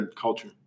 Culture